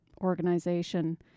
organization